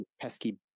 pesky